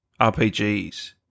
RPGs